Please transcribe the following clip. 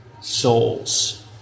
souls